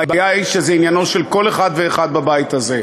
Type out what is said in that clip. הבעיה היא שזה עניינו של כל אחד ואחד בבית הזה.